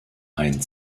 ein